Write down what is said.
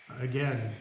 again